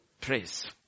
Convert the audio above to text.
Praise